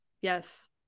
Yes